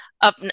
up